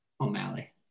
O'Malley